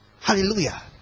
Hallelujah